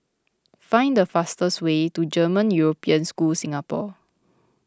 find the fastest way to German European School Singapore